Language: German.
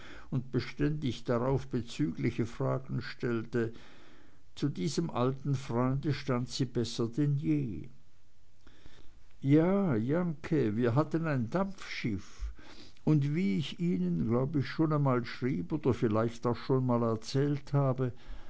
und beständig darauf bezügliche fragen stellte zu diesem alten freunde stand sie besser denn je ja jahnke wir hatten ein dampfschiff und wie ich ihnen glaub ich schon einmal schrieb oder vielleicht auch schon mal erzählt habe